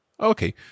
Okay